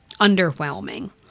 underwhelming